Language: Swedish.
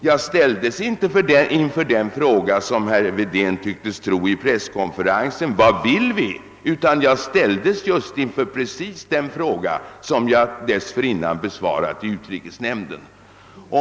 Jag ställdes alltså inte vid presskonferensen inför frågan vad vi vill, utan jag ställdes inför precis samma fråga som jag dessförinnan besvarat i utrikesnämnden.